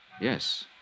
Yes